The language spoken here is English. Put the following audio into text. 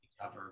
cover